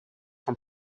from